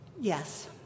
Yes